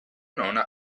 non